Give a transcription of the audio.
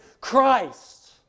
Christ